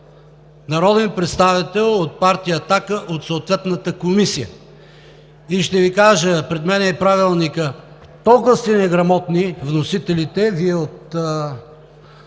народен представител от партия „Атака“ от съответната комисия. И ще Ви кажа, пред мен е Правилникът, толкова сте неграмотни вносителите – Вие